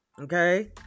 Okay